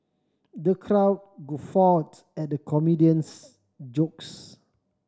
the crowd guffawed at the comedian's jokes